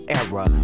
era